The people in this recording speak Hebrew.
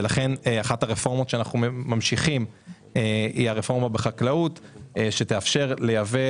ולכן אחת הרפורמות שאנחנו ממשיכים היא הרפורמה בחקלאות שתאפשר גם לייבא